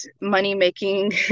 money-making